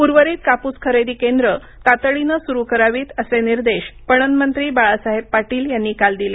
उर्वरित काप्स खरेदी केंद्र तातडीनं सुरू करावी असे निर्देश पणनमंत्री बाळासाहेब पाटील यांनी काल दिले